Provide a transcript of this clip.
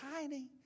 tiny